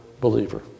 believer